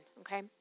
okay